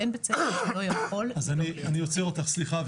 אין בית ספר שלא יכול --- אני עוצר, סליחה.